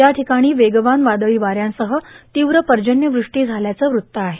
या ठिकाणी वेगवान वादळी वाऱ्यांसह तीव्र पर्जन्यवृष्टी झाल्याचं वृत्त आहे